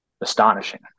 astonishing